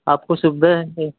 आपको सुविधाएँ हैं